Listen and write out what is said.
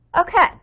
Okay